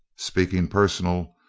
speaking personal,